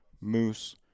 moose